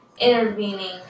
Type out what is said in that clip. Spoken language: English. intervening